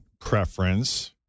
preference